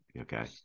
Okay